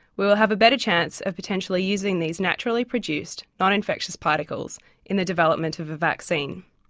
we will have a better chance of potentially using these naturally produced, non-infectious particles in the development of a vaccine,